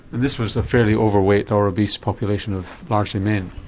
this was a fairly overweight or obese population of largely men?